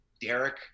derek